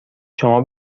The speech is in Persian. شما